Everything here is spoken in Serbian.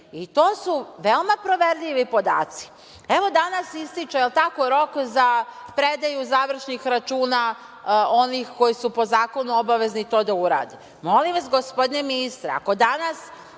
i to su veoma proverljivi podaci. Evo, danas ističe, jel tako, rok za predaju završnih računa onih koji su po zakonu obavezni to da urade. Molim vas, gospodine ministre, ako danas